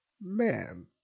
man